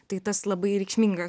tai tas labai reikšminga